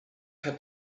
had